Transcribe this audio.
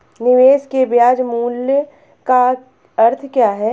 निवेश के ब्याज मूल्य का अर्थ क्या है?